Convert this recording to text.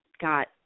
got